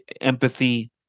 empathy